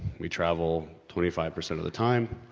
we travel twenty five percent of the time